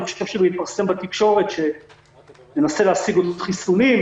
התפרסם בתקשורת שננסה להשיג עוד חיסוני שפעת.